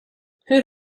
hur